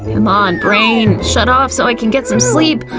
c'mon brain! shut off so i can get some sleep!